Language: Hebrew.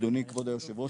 אדוני כבוד היושב ראש,